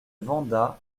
vendat